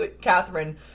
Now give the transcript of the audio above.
Catherine